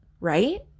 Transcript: right